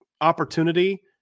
opportunity